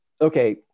Okay